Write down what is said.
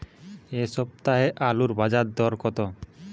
এ সপ্তাহে আলুর বাজারে দর কত?